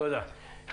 תודה.